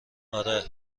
آره